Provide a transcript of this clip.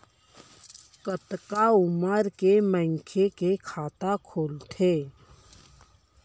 कतका उमर के मनखे के खाता खुल सकथे?